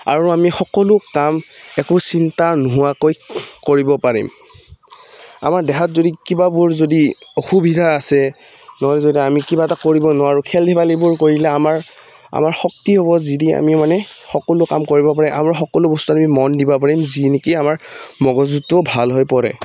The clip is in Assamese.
আৰু আমি সকলো কাম একো চিন্তা নোহোৱাকৈ কৰিব পাৰিম আমাৰ দেহাত যদি কিবাবোৰ যদি অসুবিধা আছে নহ'লে যদি আমি কিবা এটা কৰিব নোৱাৰোঁ খেল ধেমালিবোৰ কৰিলে আমাৰ আমাৰ শক্তি হ'ব যদি আমি মানে সকলো কাম কৰিব পাৰিম আমাৰ সকলো বস্তু আমি মন দিব পাৰিম যি নেকি আমাৰ মগজুটো ভাল হৈ পৰে